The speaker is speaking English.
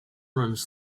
runs